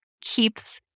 keeps